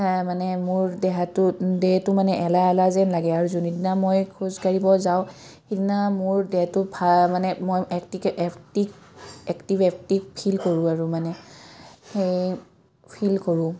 মানে মোৰ দেহটো দেহটো মানে এলাহ এলাহ যেন লাগে আৰু যোনদিনা মই খোজাঢ়িব যাওঁ সেইদিনা মোৰ দেহটো মানে মই একটিকে এক্টিভ এক্টিভ এক্টিভ ফিল কৰোঁ আৰু মানে সেই ফিল কৰোঁ